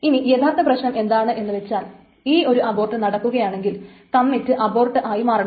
ഇനി യഥാർത്ഥ പ്രശ്നം എന്താണെന്നു വച്ചാൽ ഈ ഒരു അബോർട്ട് നടക്കുകയാണെങ്കിൽ കമ്മിറ്റ് അബോർട്ട് ആയി മാറണം